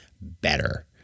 better